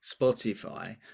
Spotify